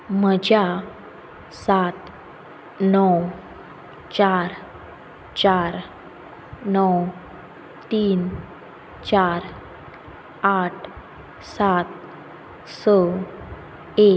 म्हज्या सात णव चार चार णव तीन चार आठ सात स एक